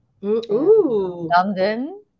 London